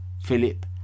Philip